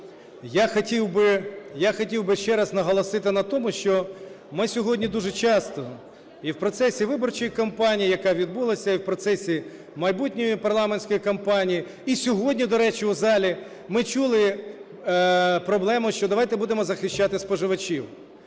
я хотів би ще раз наголосити на тому, що ми сьогодні дуже часто і в процесі виборчої кампанії, яка відбулася, і в процесі майбутньої парламентської кампанії, і сьогодні, до речі, у залі ми чули проблему, що давайте будемо захищати споживачів.